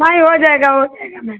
नही हो जाएगा हो जाएगा मैम